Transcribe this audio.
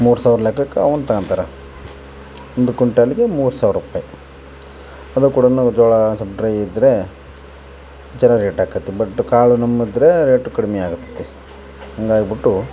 ಮೂರು ಸಾವಿರ ಲೆಕ್ಕಕ್ಕೆ ಅವನ್ನು ತಗೋತಾರೆ ಒಂದು ಕ್ವಿಂಟಾಲ್ಗೆ ಮೂರು ಸಾವ್ರ ರುಪಾಯಿ ಅದು ಕೂಡ ಜೋಳ ಸ್ವಲ್ಪ್ ಡ್ರೈ ಇದ್ರೆ ಜರಾ ರೇಟ್ ಆಗತ್ತೆ ಬಟ್ ಕಾಳು ಇದ್ರೇ ರೇಟು ಕಡಿಮೆ ಆಗತದೆ ಹಂಗಾಗಿ ಬಿಟ್ಟು